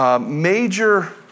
Major